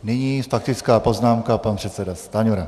Nyní faktická poznámka pan předseda Stanjura.